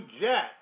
Jack